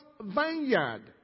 vineyard